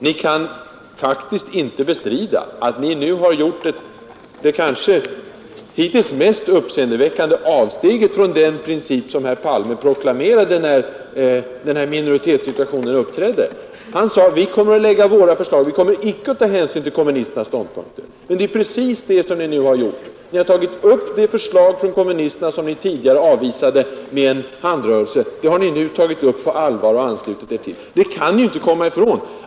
Ni kan inte bestrida att ni nu har gjort det kanske hittills mest uppseendeväckande avsteget från den princip som herr Palme proklamerade, när minoritetssituationen uppstod. Han sade: Vi kommer att lägga fram våra förslag. Vi kommer inte att ta hänsyn till kommunisternas ståndpunkter. Men det är precis det som ni nu har gjort. Det förslag från kommunisterna som ni tidigare avvisat med en handrörelse har ni nu anslutit er till. Det kan ni inte komma ifrån.